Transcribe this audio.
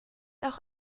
auch